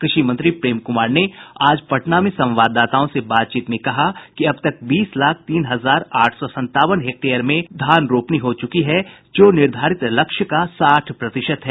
कृषि मंत्री प्रेम कुमार ने आज पटना में संवाददाताओं से बातचीत में कहा कि अब तक बीस लाख तीन हजार आठ सौ संतावन हेक्टेयर में धान रोपनी हो चुकी है जो निर्धारित लक्ष्य का साठ प्रतिशत है